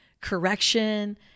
correction